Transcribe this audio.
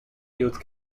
youth